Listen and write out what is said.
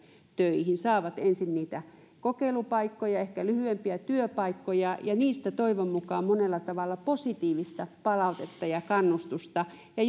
töihin saavat ensin niitä kokeilupaikkoja ehkä lyhyempiä työpaikkoja ja niistä toivon mukaan monella tavalla positiivista palautetta ja kannustusta ja